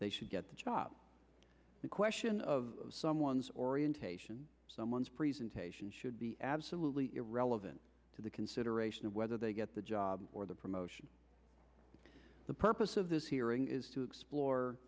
they should get the job the question of someone's orientation someone's presentation should be absolutely irrelevant to the consideration of whether they get the job or the promotion the purpose of this hearing is to explore